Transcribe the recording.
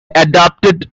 adopted